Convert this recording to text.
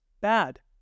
bad